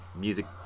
music